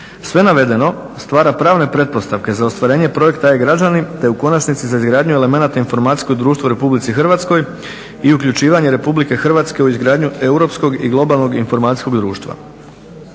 Sve navedeno stvara pravne pretpostavke za ostvarenje projekta e-građanin te u konačnici za izgradnju elemenata Informacijsko društvo u RH i uključivanje RH u izgradnju Europskog i globalnog informacijskog društva.